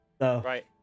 Right